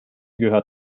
gehört